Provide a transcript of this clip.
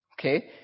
Okay